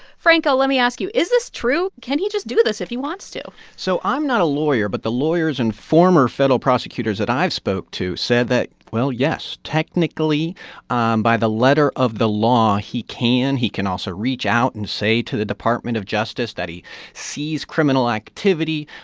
franco, let me ask you, is this true? can he just do this if he wants to? so i'm not a lawyer, but the lawyers and former federal prosecutors that i've spoke to said that, well, yes, technically um by the letter of the law he can. he can also reach out and say to the department of justice that he sees criminal activity.